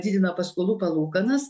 didina paskolų palūkanas